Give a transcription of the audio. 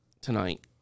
Tonight